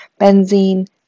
Benzene